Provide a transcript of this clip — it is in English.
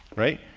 right?